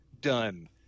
Done